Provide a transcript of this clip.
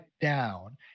down